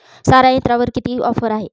सारा यंत्रावर किती ऑफर आहे?